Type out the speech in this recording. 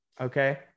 Okay